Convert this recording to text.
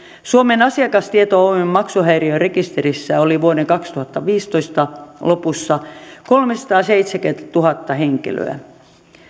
suomen asiakastieto oyn maksuhäiriörekisterissä oli vuoden kaksituhattaviisitoista lopussa kolmesataaseitsemänkymmentätuhatta henkilöä